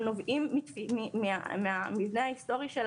הם נובעים מהמבנה ההיסטורי של